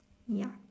ya